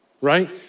right